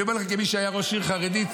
אני אומר לך כמי שהיה ראש עיר חרדית,